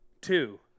two